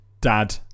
dad